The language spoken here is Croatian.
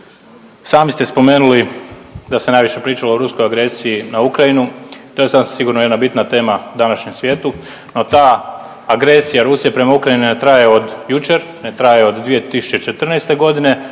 Sami ste spomenuli da se najviše pričalo o ruskoj agresiji na Ukrajinu, to je sasvim sigurno jedna bitna tema u današnjem svijetu, no ta agresija Rusije prema Ukrajini ne traje od jučer, ne traje od 2014.g.